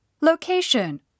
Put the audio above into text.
Location